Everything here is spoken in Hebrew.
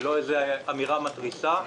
היא לא אמירה מתריסה.